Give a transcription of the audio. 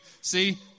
See